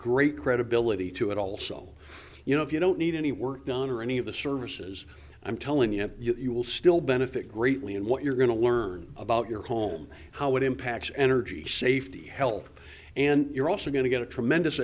great credibility to it also you know if you don't need any were done or any of the services i'm telling you you will still benefit greatly in what you're going to learn about your home how it impacts energy safety health and you're also going to get a tremendous